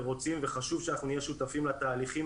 רוצים וחשוב שאנחנו נהיה שותפים לתהליכים